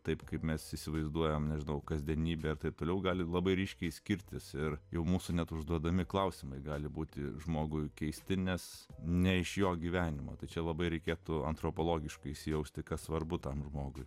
taip kaip mes įsivaizduojame nešdavo kasdienybę ir taip toliau gali labai ryškiai skirtis ir jau mūsų net užduodami klausimai gali būti žmogui keisti nes ne iš jo gyvenimo tai čia labai reikėtų antropologiškai įsijausti kas svarbu tam žmogui